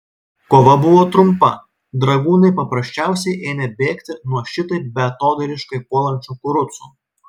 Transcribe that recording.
kova buvo trumpa dragūnai paprasčiausiai ėmė bėgti nuo šitaip beatodairiškai puolančių kurucų